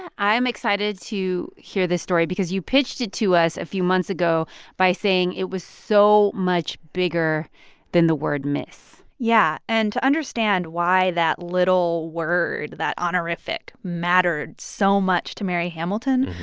i'm excited to hear this story because you pitched it to us a few months ago by saying it was so much bigger than the word miss yeah. and to understand why that little word that honorific mattered so much to mary hamilton,